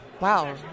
Wow